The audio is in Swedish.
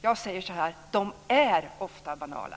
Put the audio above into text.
Jag säger så här: De är ofta banala.